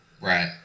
Right